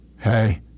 hey